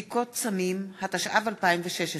בדיקות סמים), התשע"ו 2016,